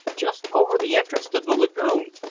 just over the entrance to the lagoon!